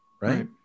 right